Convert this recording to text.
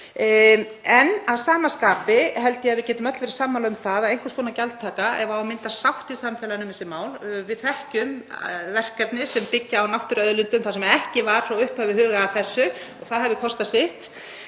En að sama skapi held ég að við getum öll verið sammála um einhvers konar gjaldtöku ef á að mynda sátt í samfélaginu um þessi mál. Við þekkjum verkefni sem byggja á náttúruauðlindum þar sem ekki var frá upphafi hugað að þessu, það hefur kostað sitt